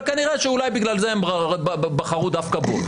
וכנראה שאולי בגלל זה הם בחרו דווקא בו.